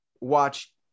watch